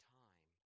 time